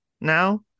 now